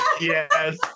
Yes